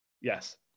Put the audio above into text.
Yes